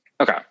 Okay